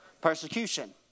Persecution